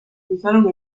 cruzaron